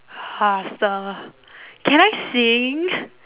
faster can I sing